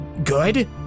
good